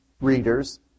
readers